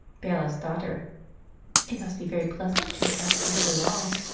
bailiff's daughter it must be very pleasant to attract you so long.